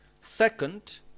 Second